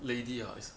lady ah is a